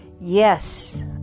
yes